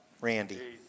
Randy